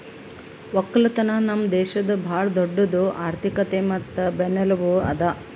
ಒಕ್ಕಲತನ ನಮ್ ದೇಶದ್ ಭಾಳ ದೊಡ್ಡುದ್ ಆರ್ಥಿಕತೆ ಮತ್ತ ಬೆನ್ನೆಲುಬು ಅದಾ